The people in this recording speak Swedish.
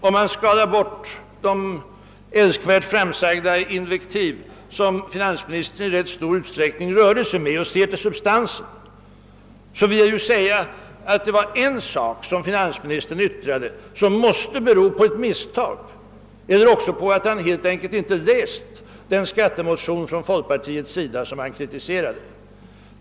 Om jag skalar bort de älskvärt framsagda invektiv som finansministern i rätt stor utsträckning rörde sig med och endast ser till substansen, vill jag säga att det var bl.a. en sak som finansministern yttrade som måste bero på misstag eller på att han helt enkelt inte läst den skattemotion som folkpartiet framlagt och som han kritiserade.